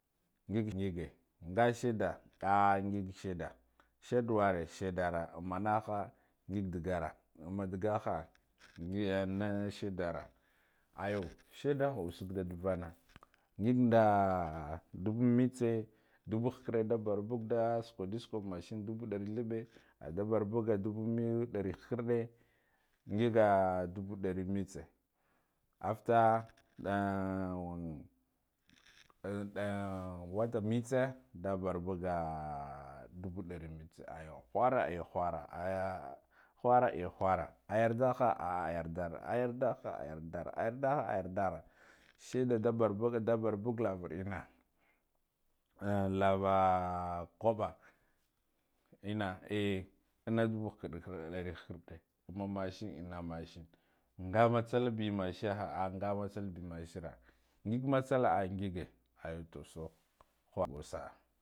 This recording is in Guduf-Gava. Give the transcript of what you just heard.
Ngig ngige nga sheda ngig sheda shede wure sheda ra amma naha ngig dagara, amma da gaha ngig eh na sheda ra aya shedda usug da davana ngig nda duba mitse duba khakarde da barbuga da sukwendu sukwu mashene duba duri thabbe a da barbasa duba dori khakarde, ngiga duba tari mitse after an daya wata motse nda barbaga ah duba dari mitse aya khura aya khura oh khuma ayu khura ayardaha ah yardara ayarchaha ayardara ayardaha ayardara sheda da barga du barbaga lavar enna an lava kabba enna eh anna duba khar khukarde amma mashen enna mashen nga mussalbe mushen yaha ah nga mussal be nushara ngig mussala ah ngige aya tu saha.